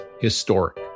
historic